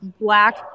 black